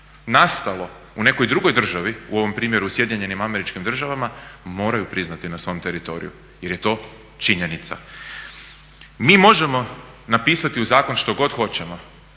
nastalo u nekoj drugoj državi, u ovom primjeru SAD-u, moraju priznati na svom teritoriju jer je to činjenica. Mi možemo napisati u zakon što god hoćemo,